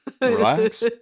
Relax